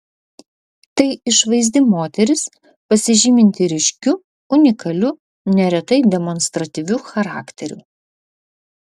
tai išvaizdi moteris pasižyminti ryškiu unikaliu neretai demonstratyviu charakteriu